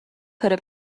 have